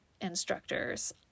instructors